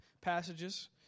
passages